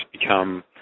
become